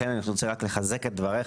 לכן אני מחזק את דבריך,